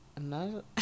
No